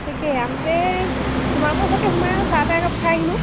তাকে আহোঁতে তোমালোকৰ ঘৰতে সোমাই আৰু চাহ তাহ একাপ খাই আহিম আৰু